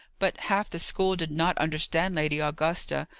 but, half the school did not understand lady augusta.